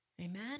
Amen